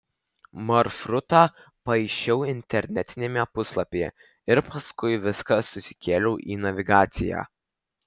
maršrutą paišiau internetiniame puslapyje ir paskui viską susikėliau į navigaciją